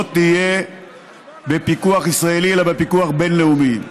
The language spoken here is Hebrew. תהיה בפיקוח ישראלי אלא בפיקוח בין-לאומי.